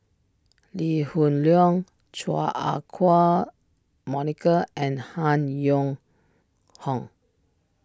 Lee Hoon Leong Chua Ah Huwa Monica and Han Yong Hong